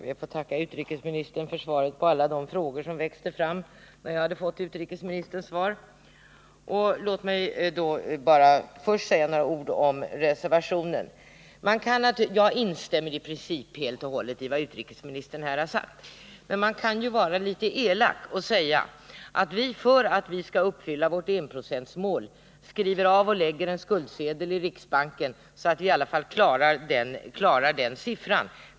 Herr talman! Jag ber att få tacka utrikesministern för svaret på alla de frågor som blev en följd av utrikesministerns svar. Först några ord om reservationen. Jag instämmer i princip helt och hållet i vad utrikesministern här har sagt. Men man kan ju vara litet elak och säga att vi för att vi skall kunna uppfylla vårt enprocentsmål gör en avskrivning och lägger en skuldsedel i riksbanken.